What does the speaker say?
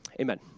Amen